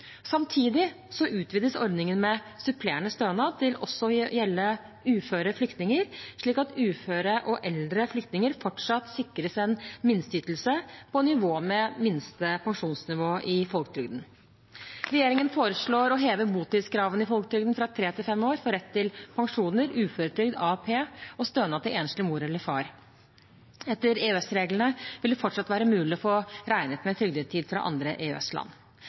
Samtidig utvides ordningen med supplerende stønad til også å gjelde uføre flyktninger, slik at uføre og eldre flyktninger fortsatt sikres en minsteytelse på nivå med minste pensjonsnivå i folketrygden. Regjeringen foreslår å heve botidskravene i folketrygden fra tre til fem år for rett til pensjoner, uføretrygd, AAP og stønad til enslig mor eller far. Etter EØS-reglene vil det fortsatt være mulig å få regnet med trygdetid fra andre